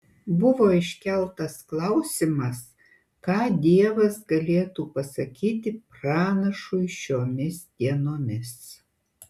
buvo iškeltas klausimas ką dievas galėtų pasakyti pranašui šiomis dienomis